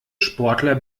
sportler